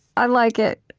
i like it.